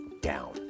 down